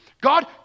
God